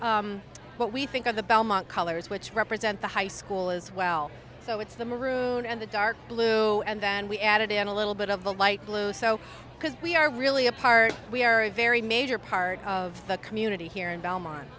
of what we think of the belmont colors which represent the high school as well so it's the maroon and the dark blue and then we added in a little bit of the light blue because we are really a part we are a very major part of the community here in belmont